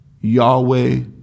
Yahweh